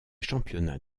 championnats